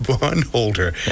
bondholder